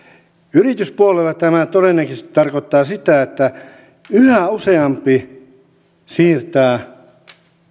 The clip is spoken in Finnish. yrityspuolella tämä todennäköisesti tarkoittaa sitä että yhä useampi siirtää